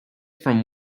from